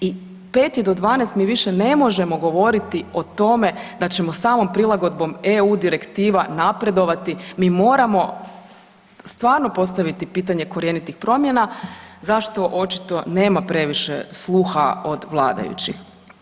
I 5 je do 12 mi više ne možemo govoriti o tome da ćemo samom prilagodbom EU direktiva napredovati, mi moramo stvarno postaviti pitanje korjenitih promjena zašto očito nema previše sluha od vladajućih?